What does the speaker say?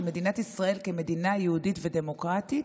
מדינת ישראל כמדינה יהודית ודמוקרטית,